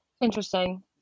Interesting